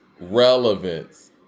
Relevance